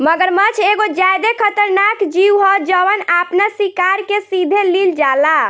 मगरमच्छ एगो ज्यादे खतरनाक जिऊ ह जवन आपना शिकार के सीधे लिल जाला